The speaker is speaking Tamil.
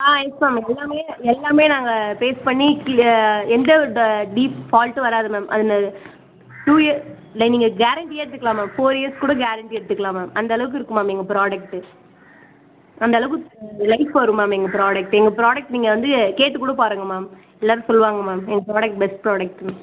ஆ எஸ் மேம் எல்லாமே எல்லாமே நாங்கள் பேஸ் பண்ணி எந்த ஒரு ட டீஃபால்ட்டும் வராது மேம் அது ந டூ இய இல்லை நீங்கள் கேரண்ட்டியே எடுத்துக்கலாம் மேம் ஃபோர் இயர்ஸ் கூட கேரண்ட்டி எடுத்துக்கலாம் மேம் அந்தளவுக்கு இருக்கும் மேம் எங்கள் ப்ராடக்ட்டு அந்தளவுக்கு லைஃப் வரும் மேம் எங்கள் ப்ராடக்ட்டு எங்கள் ப்ராடக்ட் நீங்கள் வந்து கேட்டு கூட பாருங்க மேம் எல்லாேரும் சொல்லுவாங்க மேம் எங்கள் ப்ராடக்ட் பெஸ்ட் ப்ராடக்ட்னு